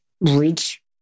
reach